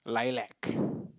Lilac